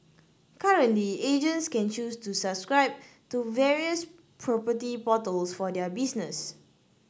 currently agents can choose to subscribe to various property portals for their business